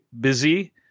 busy